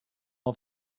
auf